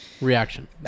reaction